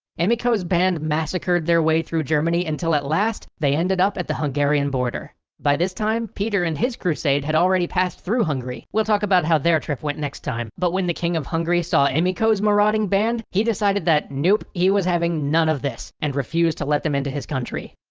emicho's band massacred their way through germany until at last they ended up at the hungarian border. by this time peter and his crusade had already passed through hungary we'll talk about how their trip went next time. but when the king of hungary saw emicho's marauding band he decided that nope, he was having none of this. and refuse to let them into his country.